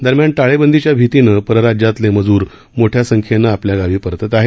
दरम्यान टाळेबंदीच्या भीतीनं परराज्यातले मजूर मोठ्या संख्येनं आपल्या गावी परतत आहेत